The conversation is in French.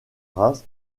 ras